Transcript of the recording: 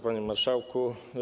Panie Marszałku!